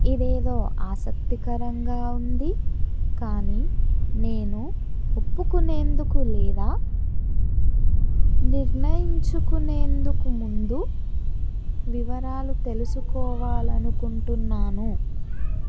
ఇదేదో ఆసక్తికరంగా ఉంది కానీ నేను ఒప్పుకునేందుకు లేదా నిర్ణయించుకునేందుకు ముందు వివరాలు తెలుసుకోవాలనుకుంటున్నాను